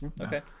Okay